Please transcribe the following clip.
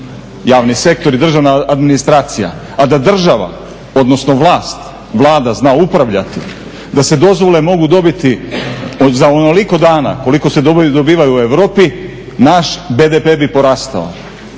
javni sektor i državna administracija, a da država odnosno vlast, Vlada zna upravljati, da se dozvole mogu dobiti za onoliko dana koliko se dobivaju u Europi naš BDP bi porastao,